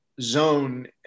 zone